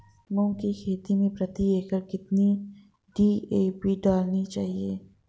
मूंग की खेती में प्रति एकड़ कितनी डी.ए.पी डालनी चाहिए?